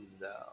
No